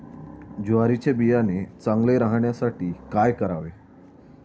ज्वारीचे बियाणे चांगले राहण्यासाठी काय करावे?